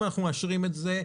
אם אנחנו מאשרים את זה,